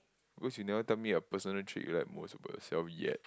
because you never tell me your personal trait you like most about yourself yet